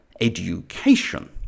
education